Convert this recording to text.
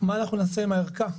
מה נעשה עם הערכה,